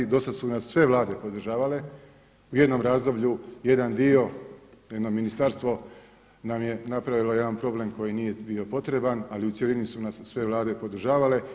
Do sada su nas sve vlade podržavale, u jednom razdoblju jedan dio jedno ministarstvo nam je napravilo jedan problem koji nije bio potreban, ali u cjelini su nas sve vlade podržavale.